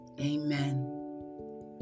Amen